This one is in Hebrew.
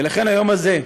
ולכן, היום הזה,